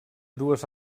dues